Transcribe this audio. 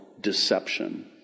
deception